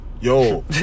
Yo